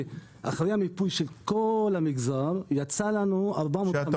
שאחרי המיפוי של כל המגזר יצא לנו --- כשאתה